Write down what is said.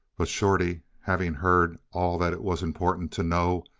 but shorty, having heard all that it was important to know,